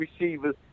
receivers